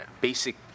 basic